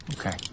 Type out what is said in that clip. Okay